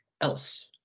else